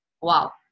Wow